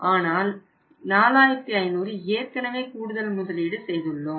ஆனால் 4500 ஏற்கனவே கூடுதல் முதலீடு செய்துள்ளோம்